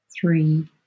three